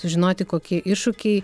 sužinoti kokie iššūkiai